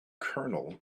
kernel